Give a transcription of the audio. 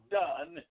done